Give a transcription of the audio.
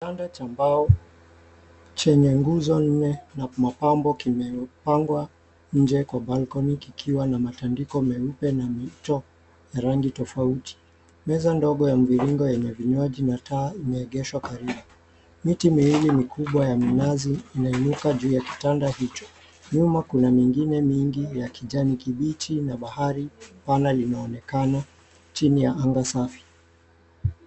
Kitanda cha mbao chenye nguzo nne na mapambo kimepangwa nje kwa balkoni kikiwa na matandiko meupe.